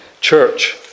church